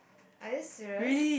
are you serious